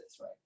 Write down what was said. right